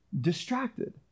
distracted